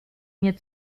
mir